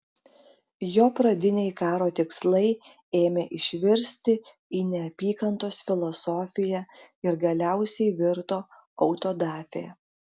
jo pradiniai karo tikslai ėmė išvirsti į neapykantos filosofiją ir galiausiai virto autodafė